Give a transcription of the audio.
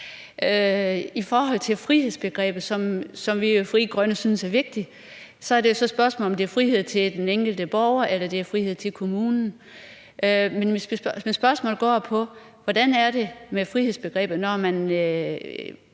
I forhold til frihedsbegrebet, som vi i Frie Grønne synes er vigtigt, er det jo så et spørgsmål om, om det er frihed til den enkelte borger, eller om det er frihed til kommunen. Men mit spørgsmål går på, hvordan det er med frihedsbegrebet, når